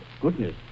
goodness